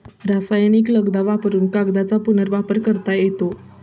रासायनिक लगदा वापरुन कागदाचा पुनर्वापर करता येतो